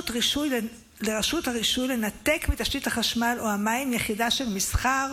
הרישוי לנתק מתשתית החשמל או המים יחידה של מסחר,